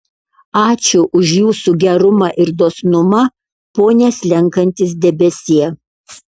ačiū už jūsų gerumą ir dosnumą pone slenkantis debesie